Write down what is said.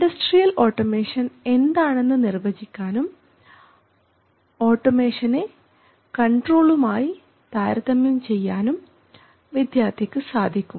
industrial automation എന്താണെന്ന് നിർവചിക്കാനും ഓട്ടോമേഷനെ കൺട്രോളും ആയി താരതമ്യം ചെയ്യാനും വിദ്യാർത്ഥിക്ക് സാധിക്കും